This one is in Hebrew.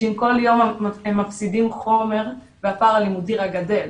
כל יום הם מפסידים חומר והפער הלימודי רק גדל,